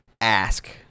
ask